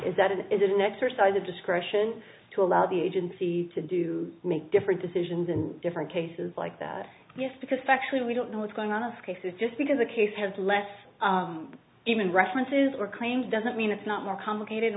is that it is an exercise of discretion to allow the agency to do make different decisions in different cases like that yes because actually we don't know what's going on us cases just because a case has less even references or claims doesn't mean it's not more complicated it